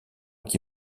qui